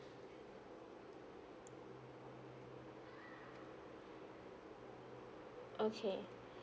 okay